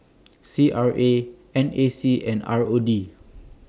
C R A N A C and R O D